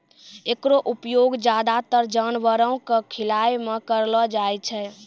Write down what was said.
एकरो उपयोग ज्यादातर जानवरो क खिलाय म करलो जाय छै